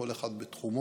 כל אחד בתחומו,